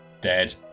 dead